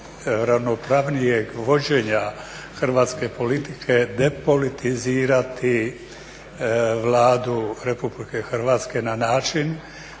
ravnopravnijeg vođenja hrvatske politike depolitizirati Vladu Republike Hrvatske na način